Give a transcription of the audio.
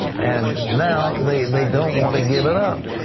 and now they they don't want to give it up.